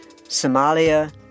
Somalia